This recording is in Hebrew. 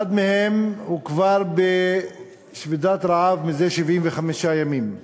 אחד מהם כבר בשביתת רעב זה 75 ימים.